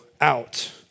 out